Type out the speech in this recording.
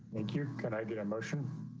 like here, can i get emotion.